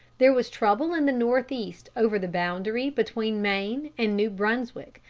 there was trouble in the northeast over the boundary between maine and new brunswick,